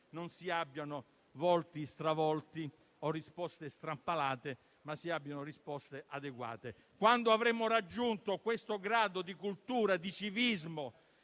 non si abbiano volti stravolti o risposte strampalate, bensì risposte adeguate. Quando avremo raggiunto questo grado di cultura, di civismo